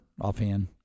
offhand